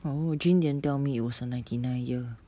oh jean didn't tell me it was a ninety nine year